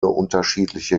unterschiedliche